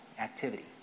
activity